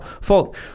fault